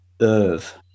earth